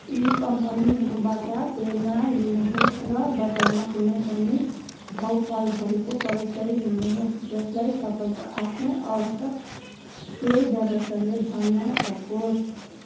यी कम्पनीहरूबाट प्रेरणा लिनुहोस् र बजारमा कुनै पनि भौँप्वालहरूको परिचय लिनुहोस् जसलाई तपाईँको आफ्नै आवश्यक तेल व्यवसायले भर्न सकोस्